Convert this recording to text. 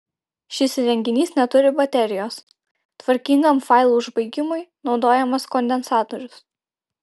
šis įrenginys neturi baterijos tvarkingam failų užbaigimui naudojamas kondensatorius